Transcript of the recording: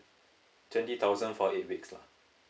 twenty thousand for eight weeks lah